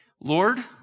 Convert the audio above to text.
Lord